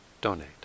donate